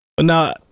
Now